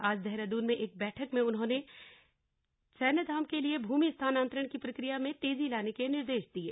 आज देहरादून में एक बैठक में उन्होने ने सैन्यधाम के लिए भूमि स्थानान्तरण की प्रक्रिया में तेजी लाने के निर्देश दिये